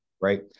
Right